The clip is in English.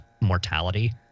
mortality